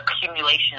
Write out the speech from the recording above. accumulation